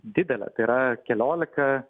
didelė tai yra keliolika